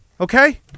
Okay